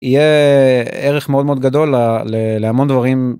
יהיה ערך מאוד מאוד גדול להמון דברים.